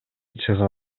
чыга